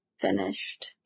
finished